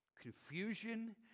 Confusion